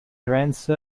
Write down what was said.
trends